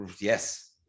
Yes